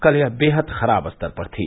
कल यह वेहद खराब स्तर पर थी